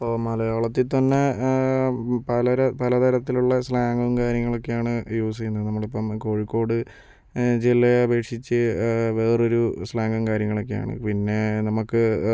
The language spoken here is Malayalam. ഇപ്പോൾ മലയാളത്തിൽ തന്നെ പലര് പലതരത്തിലുള്ള സ്ലാങ്ങും കാര്യങ്ങളൊക്കെയാണ് യൂസ് ചെയ്യുന്നത് നമ്മളിപ്പം കോഴിക്കോട് ജില്ലയെ അപേക്ഷിച്ച് വേറൊരു സ്ലാങ്ങും കാര്യങ്ങളൊക്കെയാണ് പിന്നെ നമ്മുക്ക്